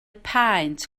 paent